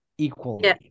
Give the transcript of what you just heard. equally